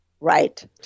Right